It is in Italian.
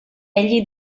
egli